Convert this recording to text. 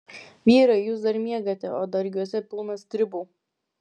vyrai jūs dar miegate o dargiuose pilna stribų